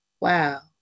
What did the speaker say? wow